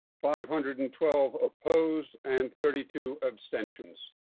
five hundred and twelve opposed and thirty two abstentions.